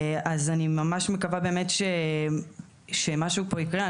אני ממש מקווה באמת שמשהו פה יקרה.